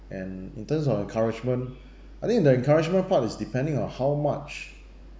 and in terms on encouragement I think that encouragement part is depending on how much